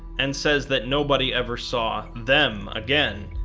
and says that nobody ever saw them again,